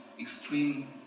extreme